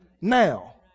now